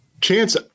Chance